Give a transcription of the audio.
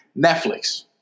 Netflix